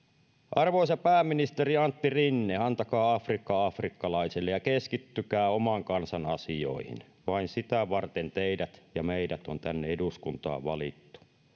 arvoisa pääministeri antti rinne antakaa afrikka afrikkalaisille ja keskittykää oman kansan asioihin vain sitä varten teidät ja meidät on tänne eduskuntaan valittu